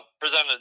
presented